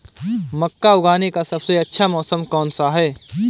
मक्का उगाने का सबसे अच्छा मौसम कौनसा है?